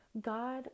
God